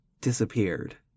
disappeared